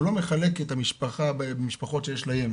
הוא לא מחלק את המשפחה במשפחות שיש להם